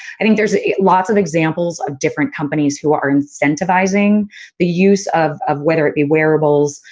i think there are lots of examples of different companies who are incentivizing the use of of whether it be wearables,